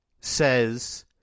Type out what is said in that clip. says